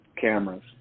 cameras